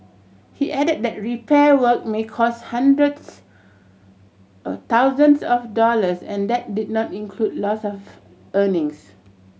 he add that repair work may cost hundreds or thousands of dollars and that did not include loss of earnings